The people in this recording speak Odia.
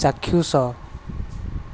ଚାକ୍ଷୁଷ